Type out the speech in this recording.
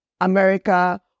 America